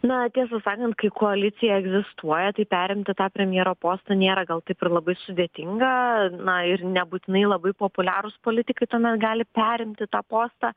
na tiesą sakant kai koalicija egzistuoja tai perimti tą premjero postą nėra gal taip ir labai sudėtinga na ir nebūtinai labai populiarūs politikai tuomet gali perimti tą postą